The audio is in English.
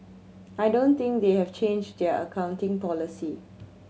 I don't think they have changed their accounting policy